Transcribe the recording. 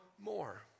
more